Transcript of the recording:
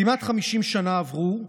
כמעט 50 שנים עברו,